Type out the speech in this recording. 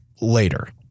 later